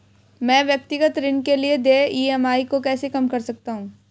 मैं व्यक्तिगत ऋण के लिए देय ई.एम.आई को कैसे कम कर सकता हूँ?